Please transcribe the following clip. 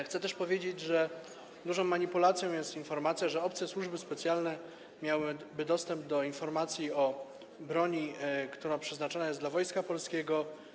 Chcę też powiedzieć, że dużą manipulacją jest informacja, że obce służby specjalne miałyby dostęp do informacji o broni, która przeznaczona jest dla Wojska Polskiego.